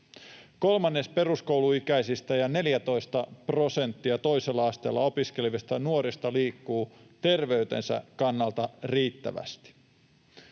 Kolmannes peruskouluikäisistä ja 14 prosenttia toisella asteella opiskelevista nuorista liikkuu terveytensä kannalta riittävästi.